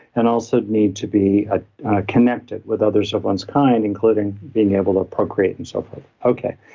and also need to be ah connected with others of one's kind, including being able to procreate and so forth. okay.